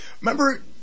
Remember